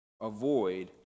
avoid